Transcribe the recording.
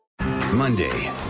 Monday